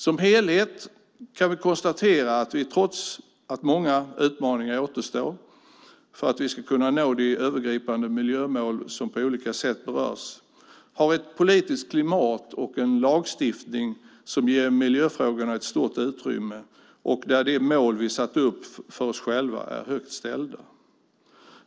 Som helhet kan vi konstatera att trots att många utmaningar återstår för att vi ska kunna nå de övergripande miljömål som på olika sätt berörs har vi ett politiskt klimat och en lagstiftning som ger miljöfrågorna ett stort utrymme. De mål som vi har satt upp för oss själva är högt ställda.